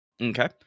Okay